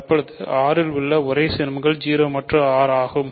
தற்பொழுது R இல் உள்ள ஒரே சீர்மங்கள் 0 மற்றும் R ஆகும்